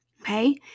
Okay